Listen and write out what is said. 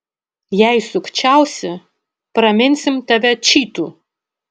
jei sukčiausi praminsim tave čytu